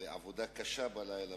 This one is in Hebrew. לעבודה קשה בלילה,